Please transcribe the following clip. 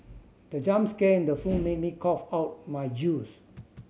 the jump scare in the film made me cough out my juice